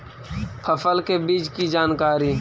फसल के बीज की जानकारी?